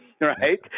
right